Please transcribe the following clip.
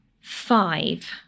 five